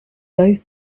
both